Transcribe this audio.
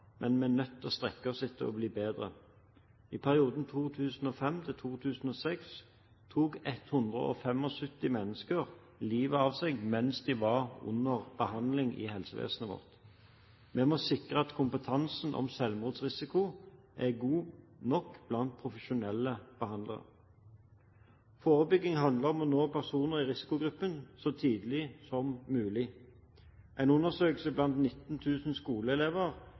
men vi er nødt til å strekke oss etter å bli bedre. I perioden 2005–2006 tok 175 mennesker livet av seg mens de var under behandling i helsevesenet vårt. Vi må sikre at kompetansen på selvmordsrisiko er god nok blant profesjonelle behandlere. Forebygging handler om å nå personer i risikogruppen så tidlig som mulig. En undersøkelse blant 19 000 skoleelever